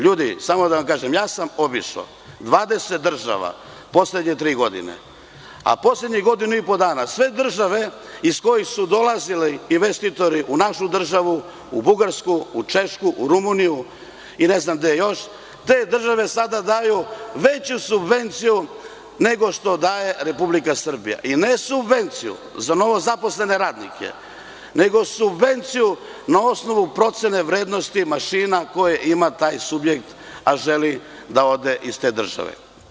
Ljudi, samo da vam kažem, obišao sam 20 država u poslednje tri godine, a poslednjih godinu i po dana sve države iz kojih su dolazili investitori u našu državu, u Bugarsku, u Češku, u Rumuniju i ne znam gde još, te države sada daju veću subvenciju nego što daje Republika Srbija, i ne subvenciju za novo zaposlene radnike, nego subvenciju na osnovu procene vrednosti mašina koje ima taj subjekt, a želi da ode iz te države.